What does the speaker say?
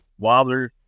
wobblers